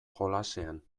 jolasean